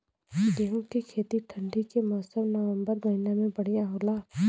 गेहूँ के खेती ठंण्डी के मौसम नवम्बर महीना में बढ़ियां होला?